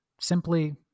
simply